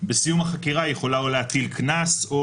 בסיום החקירה היא יכולה או להטיל קנס או